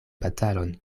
batalon